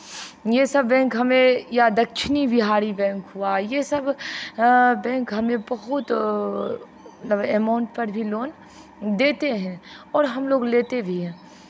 ये सब बैंक हमें या दक्षिणी बिहारी बैंक हुआ ये सब बैंक हमें बहुत मतलब एमाउन्ट पर भी लोन देते हैं और हम लोग लेते भी हैं